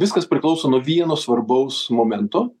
viskas priklauso nuo vieno svarbaus momento